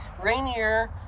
Rainier